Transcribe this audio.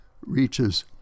reaches